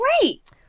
great